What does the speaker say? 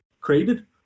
created